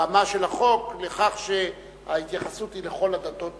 ברמה של החוק, לכך שההתייחסות היא לכל הדתות.